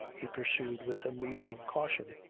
he pursued with amusing caution.